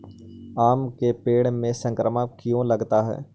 आम के पेड़ में संक्रमण क्यों लगता है?